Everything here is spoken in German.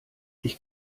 ich